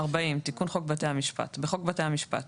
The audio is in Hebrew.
תיקון חוק בתי המשפט 40.בחוק בתי המשפט